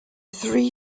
three